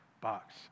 box